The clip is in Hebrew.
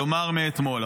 כלומר מאתמול.